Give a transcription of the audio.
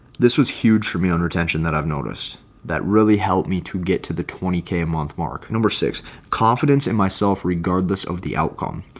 this was huge for me on retention that i've noticed that really helped me to get to the twenty k a month mark number six confidence in myself regardless of the outcome.